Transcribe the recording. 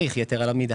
במסירה.